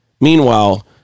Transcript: Meanwhile